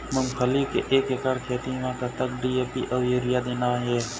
मूंगफली के एक एकड़ खेती म कतक डी.ए.पी अउ यूरिया देना ये?